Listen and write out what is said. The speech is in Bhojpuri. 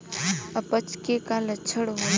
अपच के का लक्षण होला?